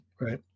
Right